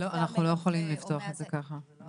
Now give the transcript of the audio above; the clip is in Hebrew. אנחנו לא יכולים לפתוח את זה ככה.